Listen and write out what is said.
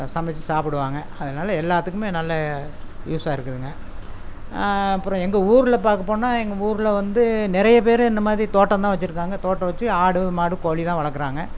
சமைச்சி சாப்பிடுவாங்க அதனால் எல்லாத்துக்குமே நல்லா யூஸாக இருக்குதுங்க அப்புறம் எங்கள் ஊரில் பார்க்க போனால் எங்கள் ஊரில் வந்து நிறைய பேர் இந்த மாதிரி தோட்டம்தான் வெச்சுருக்காங்க தோட்டம் வெச்சு ஆடு மாடு கோழி தான் வளர்க்கறாங்க